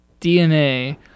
DNA